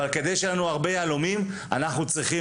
אבל כדי שיהיו לנו הרבה יהלומים אנחנו צריכים